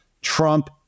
Trump